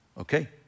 okay